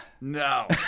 No